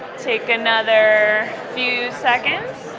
take another few seconds.